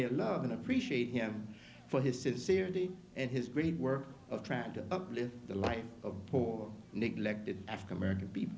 they love and appreciate him for his sincerity and his great work of track to uplift the life of poor neglected african american people